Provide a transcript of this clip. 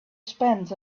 spend